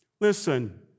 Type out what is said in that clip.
Listen